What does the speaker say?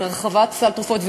את הרחבת סל התרופות,